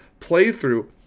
playthrough